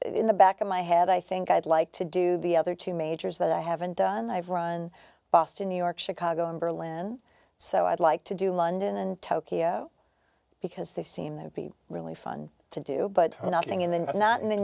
in the back of my head i think i'd like to do the other two majors that i haven't done i've run boston new york chicago and berlin so i'd like to do london and tokyo because they seem they would be really fun to do but nothing in the not in the